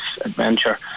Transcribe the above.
adventure